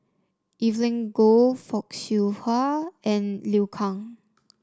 Evelyn Goh Fock Siew Wah and Liu Kang